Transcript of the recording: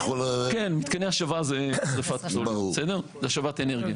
כן, מתקני השבה זה שרפת פסולת, זה השבת אנרגיה.